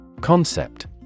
Concept